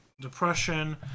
depression